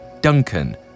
Duncan